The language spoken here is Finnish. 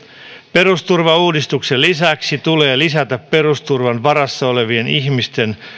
perusturvauudistuksen lisäksi tulee lisätä perusturvan varassa olevien ihmisten